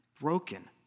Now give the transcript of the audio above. broken